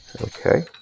Okay